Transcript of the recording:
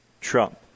Trump